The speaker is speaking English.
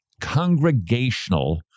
congregational